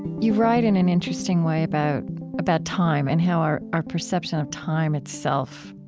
you write in an interesting way about about time and how our our perception of time itself